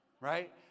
right